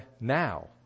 now